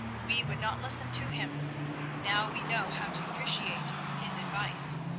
we would not listen to him now we know how to appreciate his advice.